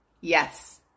Yes